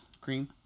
Cream